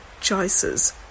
choices